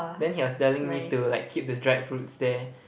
then he was telling me to like keep the dried fruits there